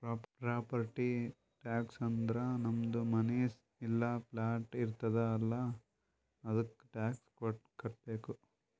property tax ಅಂದುರ್ ನಮ್ದು ಮನಿ ಇಲ್ಲಾ ಪ್ಲಾಟ್ ಇರ್ತುದ್ ಅಲ್ಲಾ ಅದ್ದುಕ ಟ್ಯಾಕ್ಸ್ ಕಟ್ಟಬೇಕ್